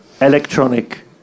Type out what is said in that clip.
electronic